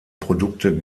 produkte